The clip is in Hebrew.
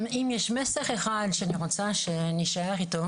אם ישנו מסר אחד שאני רוצה שנשאר איתו